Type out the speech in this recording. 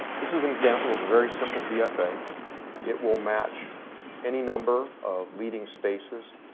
this is an example of a very simple dfa. it will match any number of leading spaces,